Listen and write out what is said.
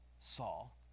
Saul